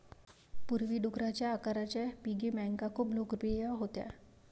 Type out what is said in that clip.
पूर्वी, डुकराच्या आकाराच्या पिगी बँका खूप लोकप्रिय होत्या